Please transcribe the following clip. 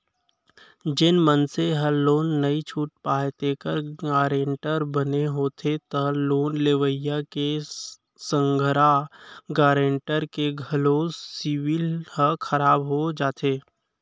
जेन मनसे ह लोन नइ छूट पावय तेखर गारेंटर बने होथे त लोन लेवइया के संघरा गारेंटर के घलो सिविल ह खराब हो जाथे